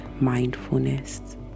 mindfulness